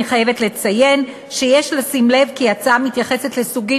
אני חייבת לציין שיש לשים לב כי ההצעה מתייחסת לסוגים